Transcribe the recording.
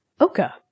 Oka